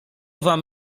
wam